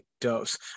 dose